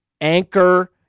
Anchor